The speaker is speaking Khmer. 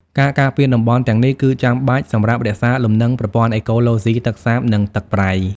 ការការពារតំបន់ទាំងនេះ គឺចាំបាច់សម្រាប់រក្សាលំនឹងប្រព័ន្ធអេកូឡូស៊ីទឹកសាប និងទឹកប្រៃ។